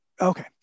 Okay